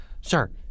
Sir